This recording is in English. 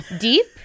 deep